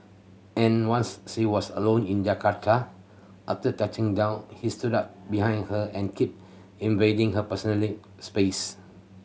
and once she was alone in Jakarta after touching down he stood behind her and kept invading her personally space